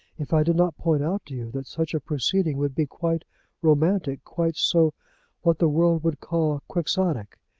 if i did not point out to you that such a proceeding would be quite romantic quite so what the world would call quixotic.